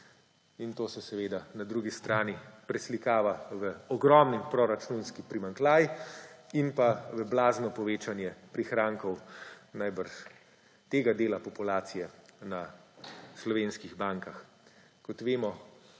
letu. To se na drugi strani preslikava v ogromen proračunski primanjkljaj in pa v blazno povečanje prihrankov najbrž tega dela populacije na slovenskih bankah. Kot vemo,